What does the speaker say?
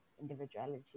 individuality